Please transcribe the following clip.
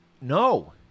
No